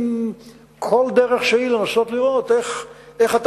עם כל דרך שהיא לנסות לראות איך מצד אחד